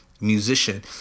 musician